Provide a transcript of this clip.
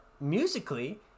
musically